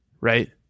right